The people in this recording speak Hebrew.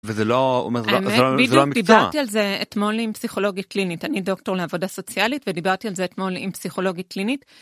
וזה לא אומר, זה לא מקצוע. בדיוק דיברתי על זה אתמול עם פסיכולוגית קלינית, אני דוקטור לעבודה סוציאלית ודיברתי על זה אתמול עם פסיכולוגית קלינית.